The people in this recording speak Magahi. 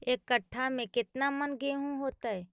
एक कट्ठा में केतना मन गेहूं होतै?